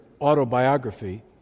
autobiography